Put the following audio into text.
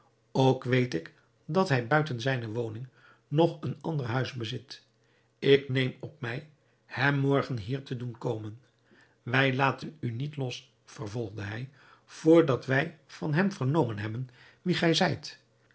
ook weet ik dat hij buiten zijne woning nog een ander huis bezit ik neem op mij hem morgen hier te doen komen wij laten u niet los vervolgde hij vr dat wij van hem vernomen hebben wie gij zijt